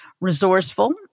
resourceful